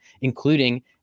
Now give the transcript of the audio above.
including